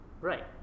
Right